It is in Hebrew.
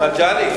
מגלי,